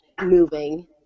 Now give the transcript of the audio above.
moving